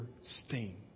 sting